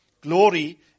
glory